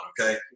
okay